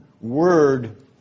word